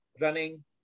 running